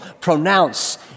pronounce